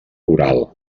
rural